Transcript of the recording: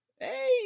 Hey